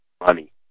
money